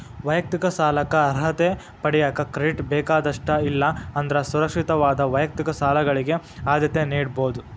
ವೈಯಕ್ತಿಕ ಸಾಲಕ್ಕ ಅರ್ಹತೆ ಪಡೆಯಕ ಕ್ರೆಡಿಟ್ ಬೇಕಾದಷ್ಟ ಇಲ್ಲಾ ಅಂದ್ರ ಸುರಕ್ಷಿತವಾದ ವೈಯಕ್ತಿಕ ಸಾಲಗಳಿಗೆ ಆದ್ಯತೆ ನೇಡಬೋದ್